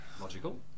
logical